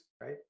right